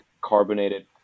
carbonated